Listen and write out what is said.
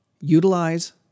utilize